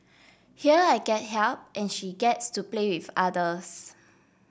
here I get help and she gets to play with others